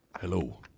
Hello